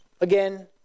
again